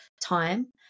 time